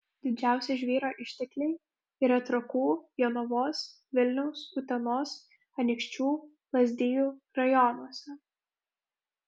didžiausi žvyro ištekliai yra trakų jonavos vilniaus utenos anykščių lazdijų rajonuose